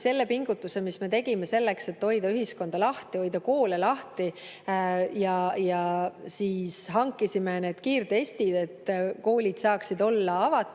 selle pingutuse, mis me tegime selleks, et hoida ühiskonda lahti, hoida koole lahti. Hankisime kiirtestid, et koolid saaksid olla avatud.